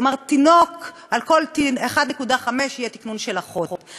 כלומר על כל 1.5 תינוק יהיה תקנון של אחות.